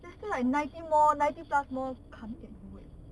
then still like ninety more ninety plus more coming at you eh